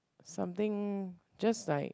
something just like